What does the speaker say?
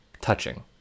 touching